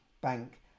Bank